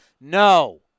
No